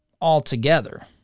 altogether